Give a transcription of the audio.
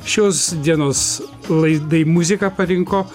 šios dienos laidai muziką parinko